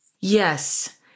Yes